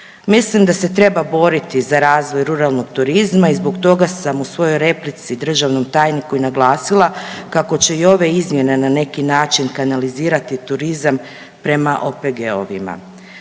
Mislim da se treba boriti za razvoj ruralnog turizma i zbog toga sam u svojoj replici državnom tajniku i naglasila kako će i ove izmjene na neki način kanalizirati turizam prema OPG-ovima.